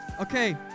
Okay